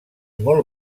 molt